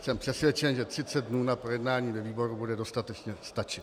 Jsem přesvědčen, že 30 dnů na projednání ve výboru bude dostatečně stačit.